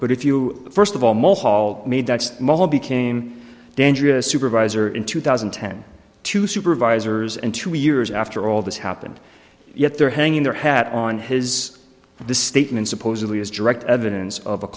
but if you first of all most all made that model became dangerous supervisor in two thousand and ten two supervisors and two years after all this happened yet they're hanging their hat on his the statement supposedly is direct evidence of a